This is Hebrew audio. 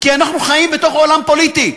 כי אנחנו חיים בעולם פוליטי,